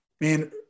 man